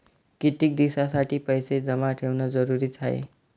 कितीक दिसासाठी पैसे जमा ठेवणं जरुरीच हाय?